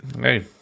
Hey